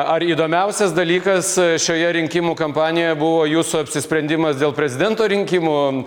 ar įdomiausias dalykas šioje rinkimų kampanijoje buvo jūsų apsisprendimas dėl prezidento rinkimų